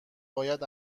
باید